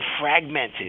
fragmented